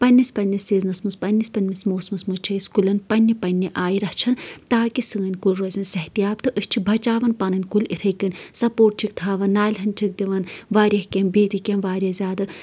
پنٛنِس پنٛنِس سیٖزنَس منٛز پنٛنِس پنٛنِس موسمَس منٛز چھِ أسی کُلٮ۪ن پنٛنہِ پنٛنہِ آیہِ رَچھان تاکہِ سٲنۍ کُلۍ روزَن صحت یاب تہٕ أسۍ چھِ بِچاوان پنٕنۍ کُلۍ یِتھَے کٔنۍ سَپوٹ چھِکھ تھاوَن نالہِ ہن چھِکھ دِوان واریاہ کینٛہہ بیٚیہِ تہِ کینٛہہ واریاہ زیادٕ